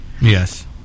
Yes